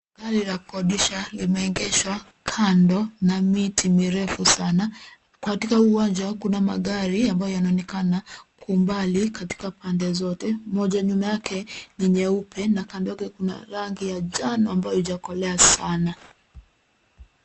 Gari la kukodisha limeegeshwa kando na miti mirefu sana katika huu uwanja kuna magari ambayo yanaonekana kwa umbali katika pande zote moja nyuma yake ni nyeupe na kando yake kuna rangi ya njano ambayo haijakolea sana.